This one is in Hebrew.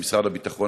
במשרד הביטחון,